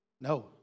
No